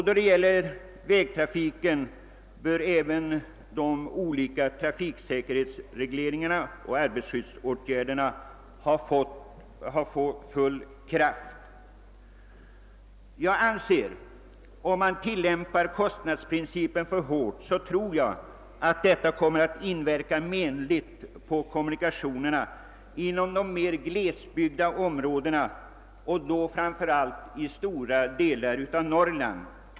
Då det gäller vägtrafiken bör även de olika trafiksäkerhetsregleringarna och arbetsskyddsåtgärderna ha trätt i kraft. Om man tillämpar kostnadsprincipen för hårt tror jag att detta kommer att inverka menligt på kommunikationerna i glesbygden, framför allt i stora delar av Norrland.